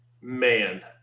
man